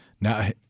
now